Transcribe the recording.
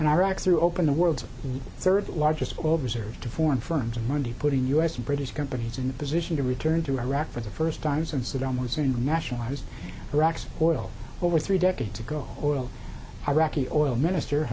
and iraq's are open the world's third largest oil reserve to foreign firms and money putting u s and british companies in the position to return to iraq for the first time since saddam hussein nationalized iraq's oil over three decades ago or oil iraqi oil minister